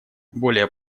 более